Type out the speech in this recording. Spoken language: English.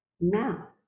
now